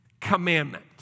commandment